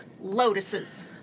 lotuses